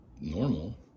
Normal